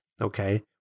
Okay